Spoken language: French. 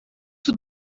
tout